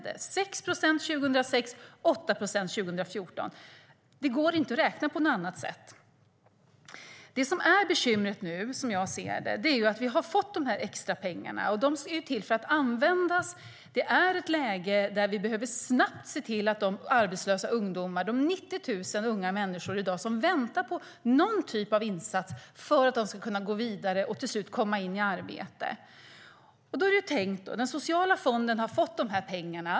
Det var 6 procent 2006 och är 8 procent 2014. Det går inte att räkna på något annat sätt. Det som är bekymret nu, som jag ser det, är detta: Vi har fått dessa extra pengar, och de är till för att användas. Det är ett läge där vi snabbt behöver nå de arbetslösa ungdomarna, de 90 000 unga människor i dag som väntar på någon typ av insats för att de ska kunna gå vidare och till slut komma in i arbete. Den sociala fonden har fått de här pengarna.